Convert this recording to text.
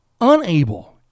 unable